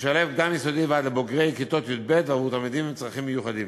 משלב קדם-יסודי ועד לבוגרי כיתות י"ב ובעבור תלמידים עם צרכים מיוחדים.